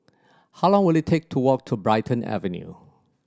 how long will it take to walk to Brighton Avenue